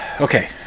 Okay